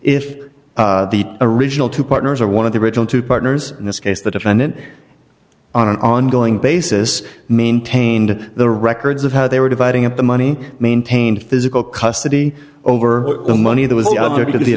if the original two partners are one of the original two partners in this case the defendant on an ongoing basis maintained the records of how they were dividing up the money maintained physical custody over the money that was the other to the